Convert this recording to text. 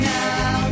now